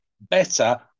better